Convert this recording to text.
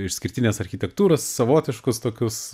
išskirtinės architektūros savotiškus tokius